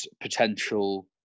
potential